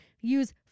Use